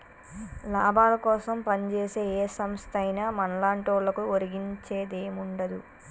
లాభాలకోసం పంజేసే ఏ సంస్థైనా మన్లాంటోళ్లకు ఒరిగించేదేముండదు